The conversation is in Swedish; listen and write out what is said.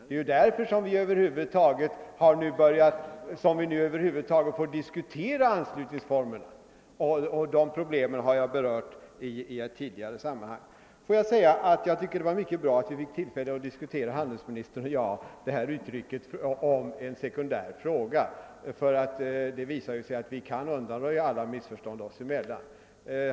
Det är därför som vi nu över huvud taget behöver diskutera anslutningsformen. De problemen har jag berört i ett tidigare sammanhang. Jag tycker att det var mycket bra att handelsministern och jag fick tillfälle diskutera uttrycket »en sekundär fråga». Det visar sig alltså att vi kan undanröja alla missförstånd oss emellan.